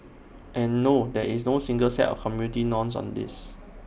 and no there is no single set of community norms on this